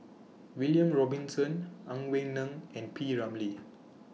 William Robinson Ang Wei Neng and P Ramlee